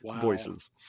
voices